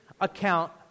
account